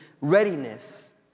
readiness